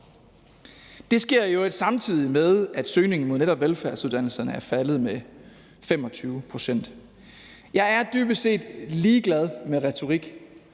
Det sker i øvrigt, samtidig med at søgningen mod netop velfærdsuddannelserne er faldet med 25 pct. Jeg er dybest set ligeglad med retorik,